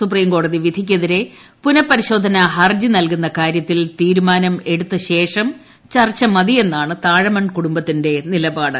സുപ്രീംകോടതി വിധിക്കെതിരെ പുനപരിശോധന ഹർജി നൽകുന്ന കാര്യത്തിൽ തീരുമാനം എടുത്തസേഷം ചർച്ച മതിയെന്നാണ് താഴമൺ കുടുംബത്തിന്റെ നിലപാട്